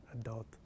adult